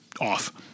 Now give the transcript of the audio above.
off